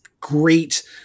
great